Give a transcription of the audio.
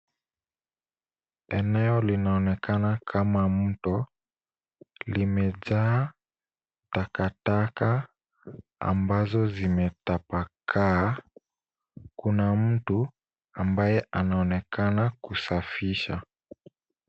Eneo linaonekana kama mto. Limejaa takataka ambazo zimetapakaa. Kuna mtu ambaye anaonekana kusafisha.